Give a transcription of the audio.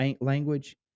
language